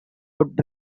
out